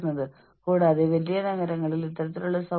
സമ്മർദ്ദം എന്താണെന്ന് നമുക്ക് ചർച്ച ചെയ്യാം